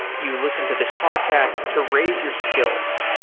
you listen to this podcast to raise your skills.